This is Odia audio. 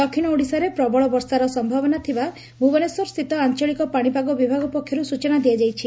ଦକ୍ଷିଣ ଓଡ଼ିଶାରେ ପ୍ରବଳ ବର୍ଷାର ସମ୍ଭାବନା ଥିବା ଭୁବନେଶ୍ୱର ସ୍ଥିତ ଆଞ୍ଚଳିକ ପାଶିପାଗ ବିଭାଗ ପକ୍ଷରୁ ସୂଚନା ଦିଆଯାଇଛି